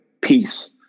peace